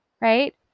right